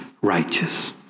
righteous